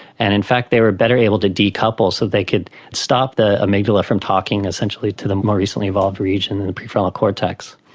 and in fact they were better able to decouple, so they could stop the amygdala from talking essentially to the more recently evolved region, the prefrontal cortex.